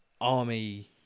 army